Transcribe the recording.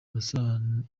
masomo